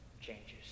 changes